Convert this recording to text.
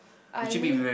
I mean